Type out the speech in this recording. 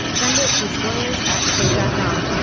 send it to spoilers at slate dot com.